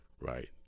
right